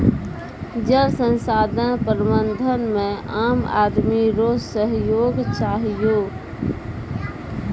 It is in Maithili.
जल संसाधन प्रबंधन मे आम आदमी रो सहयोग चहियो